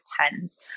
depends